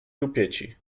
rupieci